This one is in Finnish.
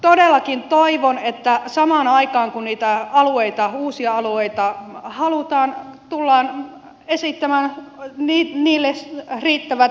todellakin toivon että samaan aikaan kun niitä uusia alueita halutaan tullaan esittämään niille riittävä rahoitus